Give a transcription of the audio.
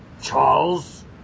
Charles